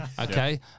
okay